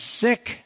sick